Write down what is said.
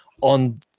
on